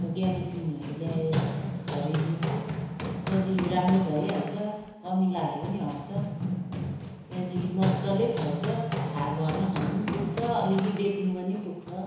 अन्त ग्यामाक्सिनहरू ल्याएर छरिदिन्छु त्यहाँदेखि राम्रो भइहाल्छ कमिलाहरू पनि हट्छ त्यहाँदेखि मजाले फल्छ खा घरमा खानु पनि पुग्छ अलि अलि बेच्नु पनि पुग्छ